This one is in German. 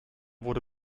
wurde